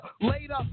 Later